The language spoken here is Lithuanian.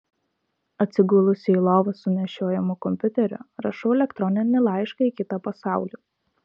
atsigulusi į lovą su nešiojamuoju kompiuteriu rašau elektroninį laišką į kitą pasaulį